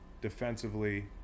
defensively